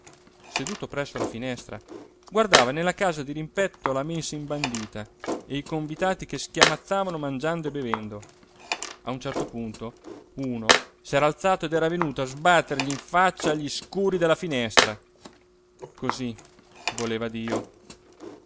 seduto presso la finestra guardava nella casa dirimpetto la mensa imbandita e i convitati che schiamazzavano mangiando e bevendo a un certo punto uno s'era alzato ed era venuto a sbattergli in faccia gli scuri della finestra così voleva dio